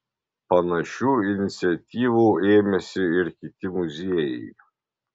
panašių iniciatyvų ėmėsi ir kiti muziejai